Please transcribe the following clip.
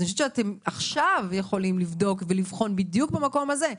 אתם עכשיו יכולים לבדוק ולבחון בדיוק את המקום הזה,